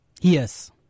Yes